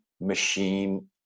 machine